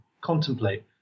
contemplate